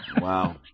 Wow